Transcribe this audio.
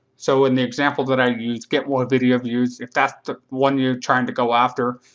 so in the example that i used, get more video views, if that's the one you're trying to go after,